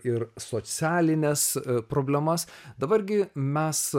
ir socialines problemas dabar gi mes